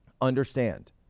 Understand